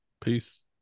Peace